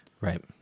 Right